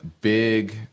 big